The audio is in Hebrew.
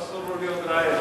אסור לו להיות רעב.